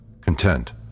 Content